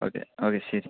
okay okay ശരി